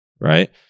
right